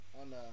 on